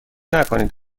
نکنید